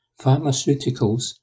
pharmaceuticals